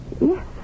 Yes